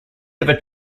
ever